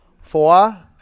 four